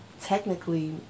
Technically